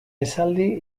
esaldi